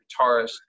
guitarist